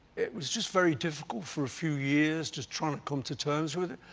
it was just very difficult for a few years just trying to come to terms with it,